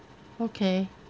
okay